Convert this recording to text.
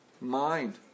mind